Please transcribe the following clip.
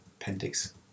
appendix